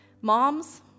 Moms